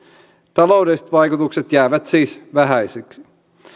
taloudelliset vaikutukset jäävät siis vähäisiksi